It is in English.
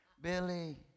Billy